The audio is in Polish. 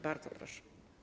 Bardzo proszę.